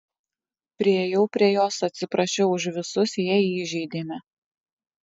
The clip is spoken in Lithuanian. priėjau prie jos atsiprašiau už visus jei įžeidėme